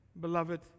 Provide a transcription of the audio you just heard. beloved